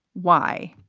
why?